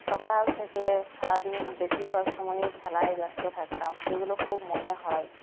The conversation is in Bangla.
সকাল থেকে সারাদিন বেশির ভাগ সময়ই খেলায় ব্যস্ত থাকতাম সেগুলো খুব মনে হয়